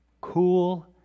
cool